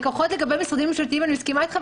לקוחות לגבי משרדים ממשלתיים, אני מסכימה איתך.